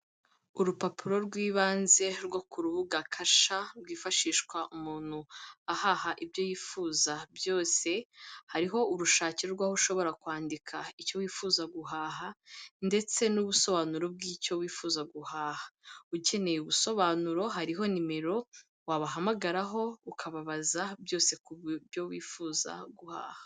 Urupapuro rw'ibanze rwo k'urubuga kasha rwifashishwa umuntu ahaha ibyo yifuza byose, hariho urushakiro rwaho ushobora kwandika icyo wifuza guhaha ndetse n'ubusobanuro bw'icyo wifuza guhaha. Ukeneye ubusobanuro hariho nimero wabahamagaraho ukababaza byose ku byo wifuza guhaha.